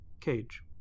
cage